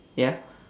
ya